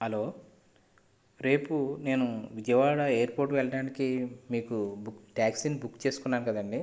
hello రేపు నేను విజయవాడ ఎయిర్పోర్ట్కి వెళ్ళడానికి మీకు టాక్సీని బుక్ చేసుకున్నాను కదండి